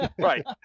Right